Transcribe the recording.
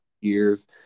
years